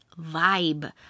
vibe